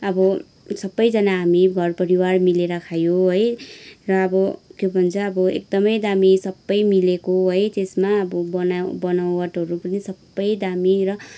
अब सबैजना हामी घर परिवार मिलेर खायो है र अब के भन्छ अब एकदमै दामी सबै मिलेको है त्यसमा अब बना बनावटहरू पनि सबै दामी र